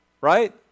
Right